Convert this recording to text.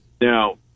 Now